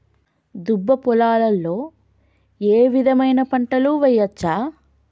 దుబ్బ పొలాల్లో ఏ విధమైన పంటలు వేయచ్చా?